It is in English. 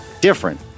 different